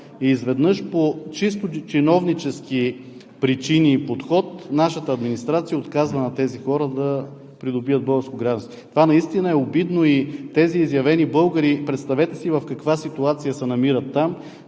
И изведнъж по чисто чиновнически причини и подход нашата администрация отказва на тези хора да придобият българско гражданство. Това наистина е обидно и тези изявени българи представете си в каква ситуация се намират там,